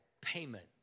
payment